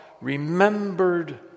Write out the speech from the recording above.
remembered